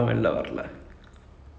ஏன் இப்ப தான் வருது:yaen ippa thaan varuthu